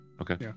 Okay